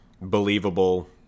Believable